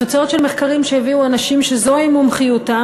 תוצאות מחקרים שהביאו אנשים שזוהי מומחיותם